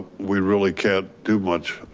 we really can't do much.